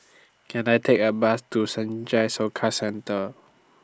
Can I Take A Bus to Senja Soka Centre